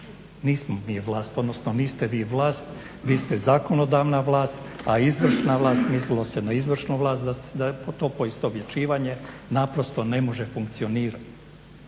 Nismo mi vlast, odnosno niste vi vlast, vi ste zakonodavna vlast, a izvršna vlast, mislilo se na izvršnu vlast da je to poistovjećivanje, naprosto ne može funkcionirati.